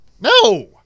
No